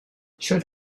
should